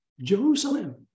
Jerusalem